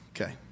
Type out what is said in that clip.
okay